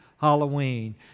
Halloween